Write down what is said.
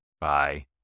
Bye